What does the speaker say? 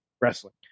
wrestling